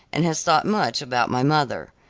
and has thought much about my mother.